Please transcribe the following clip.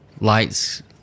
lights